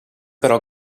però